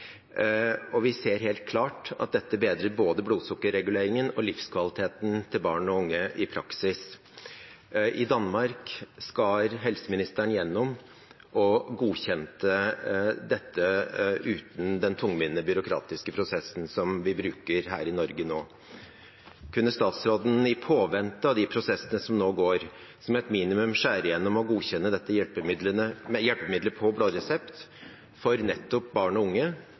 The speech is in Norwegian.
og vi ser helt klart at dette bedrer både blodsukkerreguleringen og livskvaliteten til barn og unge. I Danmark skar helseministeren gjennom og godkjente dette uten den tungvinte byråkratiske prosessen som vi bruker her i Norge nå. Kunne statsråden, i påvente av de prosessene som nå går, som et minimum skjære gjennom og godkjenne dette hjelpemiddelet på blå resept for barn og unge